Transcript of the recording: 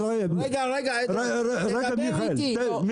דבר אתי.